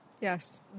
yes